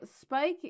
Spike